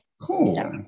cool